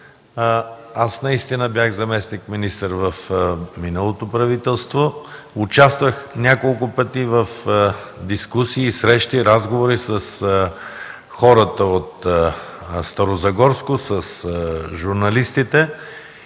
аз наистина бях заместник-министър в миналото правителство. Участвах няколко пъти в дискусии, срещи, разговори с хората от Старозагорско, с журналистите